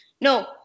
No